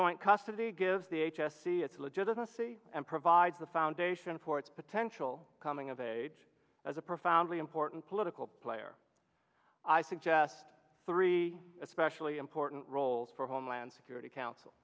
joint custody gives the h s c its legitimacy and provides the foundation for its potential coming of age as a profoundly important political player i suggest three special the important roles for homeland security council